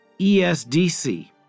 ESDC